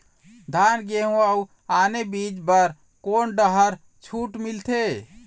धान गेहूं अऊ आने बीज बर कोन डहर छूट मिलथे?